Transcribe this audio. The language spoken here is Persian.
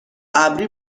ابری